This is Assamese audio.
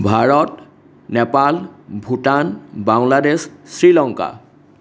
ভাৰত নেপাল ভূটান বাংলাদেশ শ্ৰীলংকা